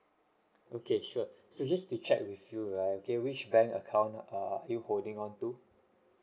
okay sure so just to check with you right okay which bank account err are you holding on to